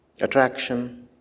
attraction